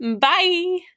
Bye